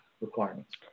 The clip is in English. requirements